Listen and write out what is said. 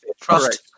Trust